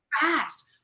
fast